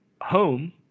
home